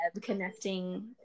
connecting